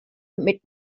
mit